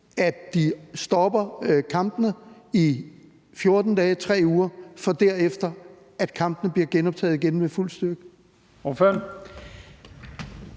at de stopper i kampene i 14 dage eller 3 uger, hvorefter kampene bliver genoptaget igen med fuld styrke?